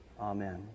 Amen